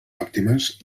òptimes